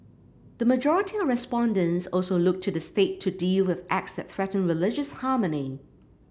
the majority of respondents also looked to the State to deal with acts that threaten religious harmony